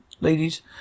ladies